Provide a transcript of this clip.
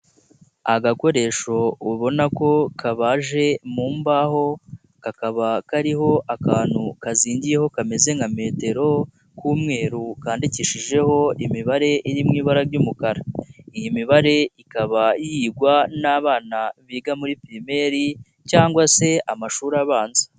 Agakoresho ubona ko kabaje mu mbaho kakaba kariho akantu kazingiyeyeho kameze nka metero k'umweru kandidikishijeho imibare iri mu ibara ry'umukara, iyi mibare ikaba yigwa n'abana biga muri pirimeri cyangwa se amashuri abanza.